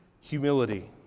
humility